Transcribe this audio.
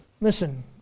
Listen